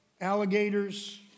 alligators